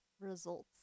results